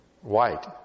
White